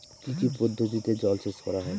কি কি পদ্ধতিতে জলসেচ করা হয়?